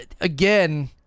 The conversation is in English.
again